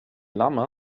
llama